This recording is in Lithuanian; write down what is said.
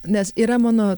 nes yra mano